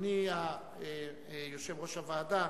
אדוני יושב-ראש הוועדה,